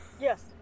Yes